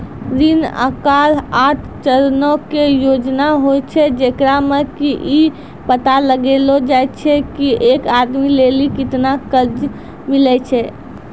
ऋण आहार आठ चरणो के योजना होय छै, जेकरा मे कि इ पता लगैलो जाय छै की एक आदमी लेली केतना कर्जा मिलै छै